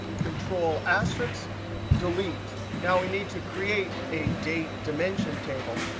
control-asterisk, delete. now we need to create a date dimension table.